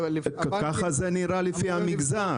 ככה זה נראה לפי המגזר.